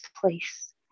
place